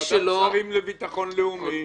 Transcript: ועדת השרים לביטחון לאומי.